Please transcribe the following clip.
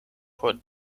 por